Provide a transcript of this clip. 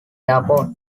airport